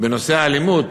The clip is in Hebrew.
בנושא האלימות,